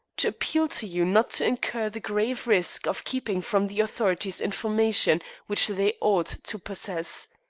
to appeal to you not to incur the grave risk of keeping from the authorities information which they ought to possess.